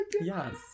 yes